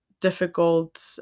difficult